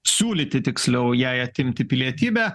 siūlyti tiksliau jai atimti pilietybę